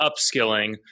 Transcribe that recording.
upskilling